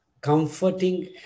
comforting